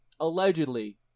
Allegedly